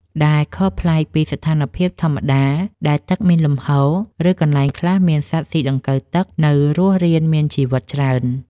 ដែលខុសប្លែកពីស្ថានភាពធម្មតាដែលទឹកមានលំហូរ ឬកន្លែងខ្លះមានសត្វស៊ីដង្កូវទឹកនៅរស់រានមានជីវិតច្រើន។